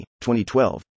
2012